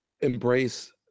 embrace